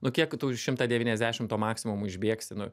nu kiek tu šimtą devyniasdešimt to maksimumo išbėgsi nu